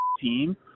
team